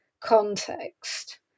context